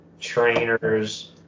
trainers